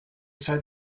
seid